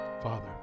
father